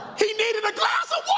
he needed a glass of